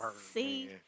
See